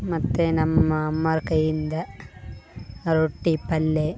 ಮತ್ತು ನಮ್ಮ ಅಮ್ಮಾವರ ಕೈಯಿಂದ ರೊಟ್ಟಿ ಪಲ್ಲೆ